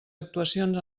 actuacions